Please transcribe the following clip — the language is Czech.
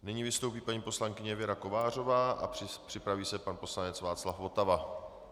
Nyní vystoupí paní poslankyně Věra Kovářová a připraví se pan poslanec Václav Votava.